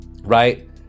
right